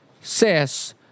says